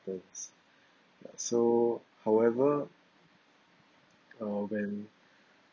so however uh when